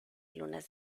lunas